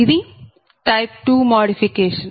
ఇది type 2 modification